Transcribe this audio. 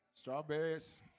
strawberries